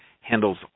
handles